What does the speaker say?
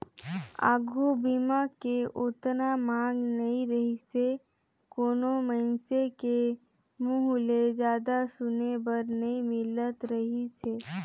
आघू बीमा के ओतना मांग नइ रहीसे कोनो मइनसे के मुंहूँ ले जादा सुने बर नई मिलत रहीस हे